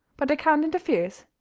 but the count interferes.